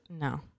No